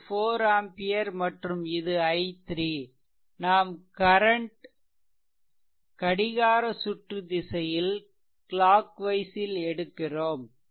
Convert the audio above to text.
இது 4 ஆம்பியர் மற்றும் இது i3 நாம் கரன்ட் கடிகார சுற்று திசையில் எடுக்கிறோம்